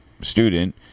student